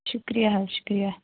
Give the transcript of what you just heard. شُکریہِ حظ شُکریہِ